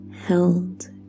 held